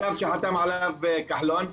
צו שחתם עליו כחלון,